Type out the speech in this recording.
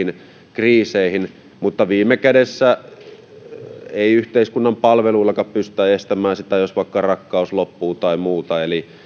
kriiseihin mutta viime kädessä ei yhteiskunnan palveluillakaan pystytä estämään sitä jos vaikka rakkaus loppuu tai muuta eli